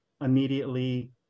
immediately